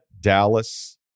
Dallas